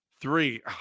Three